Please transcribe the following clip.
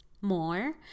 more